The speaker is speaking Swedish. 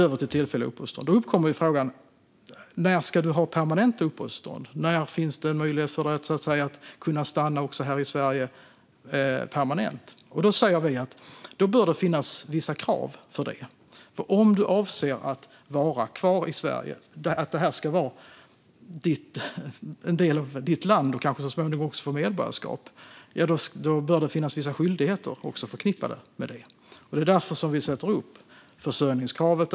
Sedan uppkommer frågan: När ska man få permanent uppehållstillstånd? När ska det finnas en möjlighet för en att stanna här i Sverige permanent? Vi säger att det bör finnas vissa krav för det. Om man avser att vara kvar i Sverige, bli en del av landet och kanske så småningom också få medborgarskap bör det finnas vissa skyldigheter förknippade med detta. Det är därför vi ställer försörjningskravet.